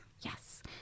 Yes